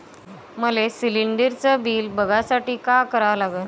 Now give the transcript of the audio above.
मले शिलिंडरचं बिल बघसाठी का करा लागन?